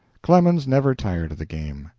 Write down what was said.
clemens never tired of the game.